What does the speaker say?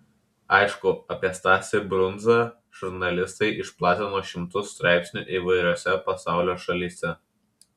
aišku apie stasį brundzą žurnalistai išplatino šimtus straipsnių įvairiose pasaulio šalyse